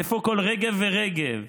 איפה כל רגב ורגב?